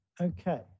Okay